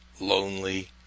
Lonely